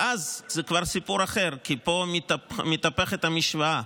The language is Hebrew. ואז זה כבר סיפור אחר, כי פה מתהפכת המשוואה.